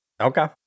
Okay